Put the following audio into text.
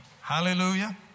Hallelujah